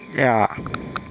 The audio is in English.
ya